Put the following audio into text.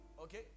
Okay